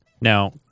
Now